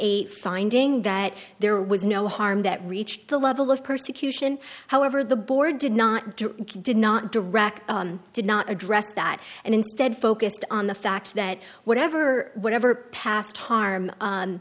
a finding that there was no harm that reached the level of persecution however the board did not do did not direct did not address that and instead focused on the fact that whatever whatever past harm